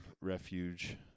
refuge